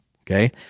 Okay